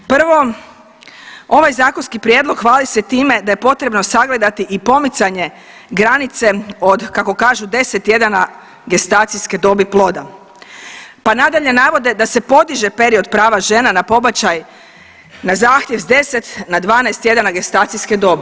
Prvo, ovaj zakonski prijedlog hvali se time da je potrebno sagledati i pomicanje granice od kako kažu 10 tjedana gestacijske dobi ploda, pa nadalje navode da se podiže period žena na pobačaj na zahtjev s 10 na 12 tjedana gestacijske dobi.